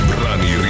Brani